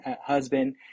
husband